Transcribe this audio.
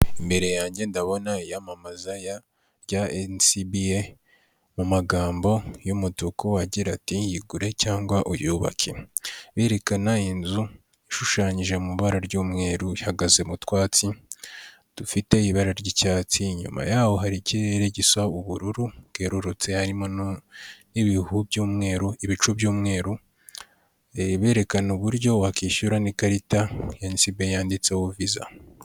Imbere yanjye ndabona iyamamaza ya rya esibiyeyi mu magambo y'umutuku agira ati yigure cyangwa uyubake berekana n inzu ishushanyije mu ibara ry'umweru ihagaze mu twatsi dufite ibara ry'icyatsi inyuma yaho hari ikirere gisa ubururu bwerurutse harimo n'ibihu bymweru ibicu by'umweru irerekana uburyo wakwishyura n'ikarita esibiyeyi yanditse visa.